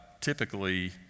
typically